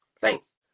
Thanks